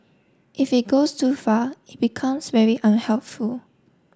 if it goes too far it becomes very unhelpful